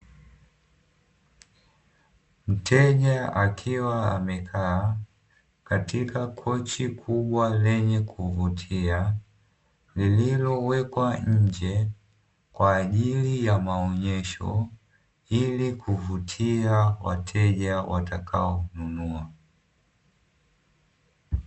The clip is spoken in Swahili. Mteja akiwa amekaa katika kochi kubwa lenye kuvutia lililowekwa nje kwa ajili ya maonesho, ili kuvutia wateja watakao nunua.